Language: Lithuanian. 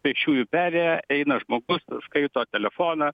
pėsčiųjų perėja eina žmogus skaito telefoną